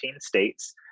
states